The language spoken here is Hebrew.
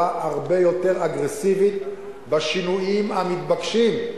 הרבה יותר אגרסיבית בשינויים המתבקשים,